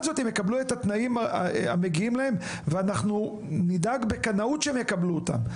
זאת הם יקבלו את התנאים המגיעים להם ואנחנו נדאג בקנאות שהם יקבלו אותם.